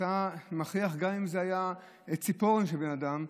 גם אם זאת הייתה ציפורן של בן אדם,